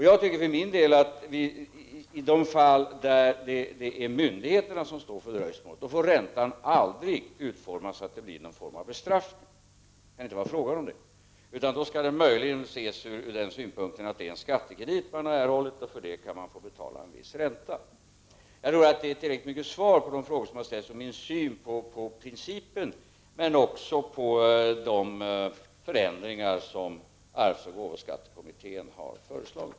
Jag anser för min del att räntan aldrig får utformas så att den blir en form av bestraffning i de fall myndigheterna står för dröjsmålet. Det skall inte vara fråga om det. Möjligen skall det hela ses ur den synpunkten att det är en skattekredit man erhållit, och för det kan man få betala en viss ränta. Jag tror att detta är ett tillräckligt svar på de frågor som ställts inte bara om min syn på den här principen utan också om min syn på de förändringar som arvsoch gåvoskattekommittén har föreslagit.